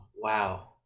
Wow